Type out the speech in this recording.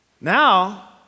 Now